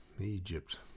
Egypt